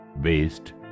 based